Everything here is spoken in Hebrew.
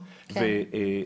קיטרודה, כן.